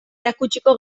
erakutsiko